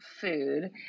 food